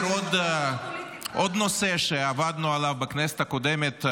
עוד נושא שעבדנו עליו בכנסת הקודמת,